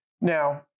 Now